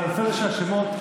בנושא הזה של השמות,